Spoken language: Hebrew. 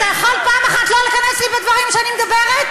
אתה יכול פעם אחת לא להיכנס לי בדברים כשאני מדברת?